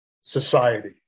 society